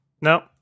No